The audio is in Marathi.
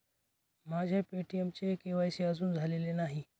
माझ्या पे.टी.एमचे के.वाय.सी अजून झालेले नाही